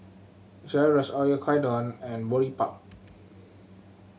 Gyros Oyakodon and Boribap